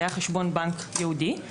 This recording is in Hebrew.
היה חשבון בנק ייעודי,